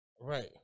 right